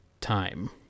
Time